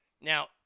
Now